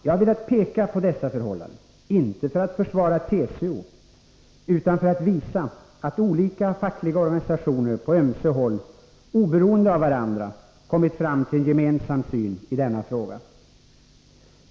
Jag har velat peka på dessa förhållanden, inte för att försvara TCO utan för att visa att olika fackliga organisationer på ömse håll oberoende av varandra kommit fram till en gemensam syn i denna fråga.